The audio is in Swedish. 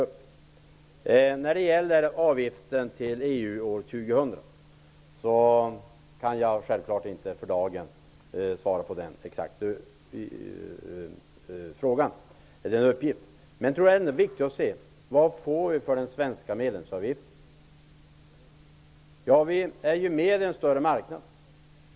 Jag kan självfallet för dagen inte exakt ange hur stor avgiften till EU år 2000 blir. Jag tror att det är viktigare att se vad vi får för den svenska medlemsavgiften. Vi kommer ju med i en större marknad.